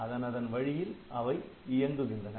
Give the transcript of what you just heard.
அதனதன் வழியில் அவை இயங்குகின்றன